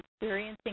experiencing